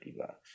bucks